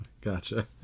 gotcha